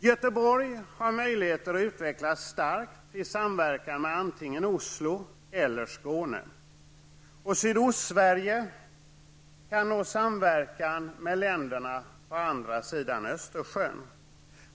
Göteborg har möjligheter att utvecklas starkt i samverkan med antingen Oslo eller Skåne. Sydostsverige kan nå samverkan med länderna på andra sidan Östersjön.